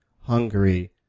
Hungary